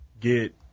get